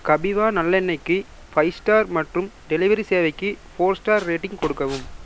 கபீவா நல்லெண்ணெய்க்கு five star மற்றும் delivery சேவைக்கு ஃபோர் ஸ்டார் ரேட்டிங் கொடுக்கவும்